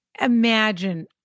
imagine